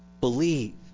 believe